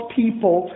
people